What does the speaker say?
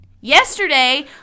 Yesterday